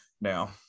now